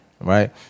right